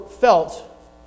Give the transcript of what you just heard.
felt